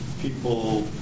people